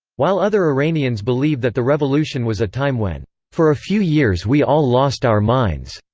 while other iranians believe that the revolution was a time when for a few years we all lost our minds,